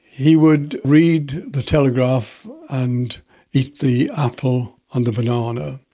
he would read the telegraph and eat the apple and the banana,